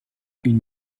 une